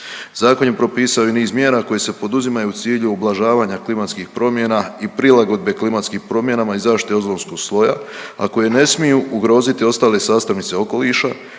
Zakon je propisao i niz mjera koje se poduzimaju u cilju ublažavanja klimatskih promjena i prilagodbe klimatskim promjenama i zaštite ozonskog sloja, a koje ne smiju ugroziti ostale sastavnice okoliša,